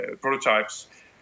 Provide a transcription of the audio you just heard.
prototypes